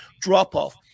drop-off